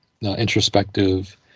introspective